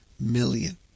million